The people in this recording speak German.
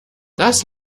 das